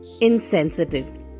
insensitive